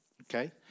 okay